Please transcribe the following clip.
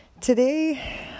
Today